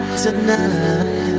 tonight